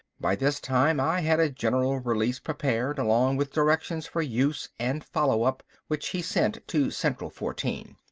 by this time i had a general release prepared, along with directions for use and follow up, which he sent to central fourteen.